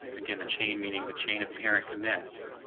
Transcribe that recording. again, the chain, meaning the chain of parent commits,